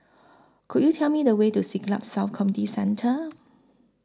Could YOU Tell Me The Way to Siglap South Community Centre